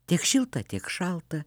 tiek šilta tiek šalta